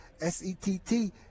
S-E-T-T